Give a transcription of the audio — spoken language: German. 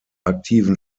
aktiven